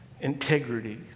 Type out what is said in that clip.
Integrity